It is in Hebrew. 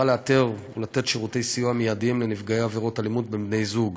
לאתר ולתת שירותי סיוע מיידיים לנפגעי עבירות אלימות של בני-זוג.